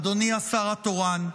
אדוני השר התורן.